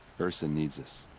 ersa needs us.